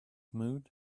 mood